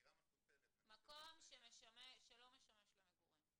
דירה מפוצלת --- מקום שלא משמש למגורים.